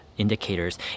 indicators